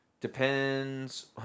Depends